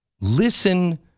Listen